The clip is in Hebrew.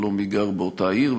ולא מי גר באותה עיר.